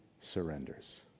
surrenders